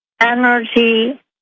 energy